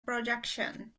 projection